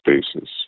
spaces